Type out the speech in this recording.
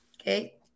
Okay